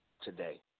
today